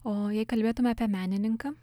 o jei kalbėtume apie menininką